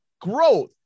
growth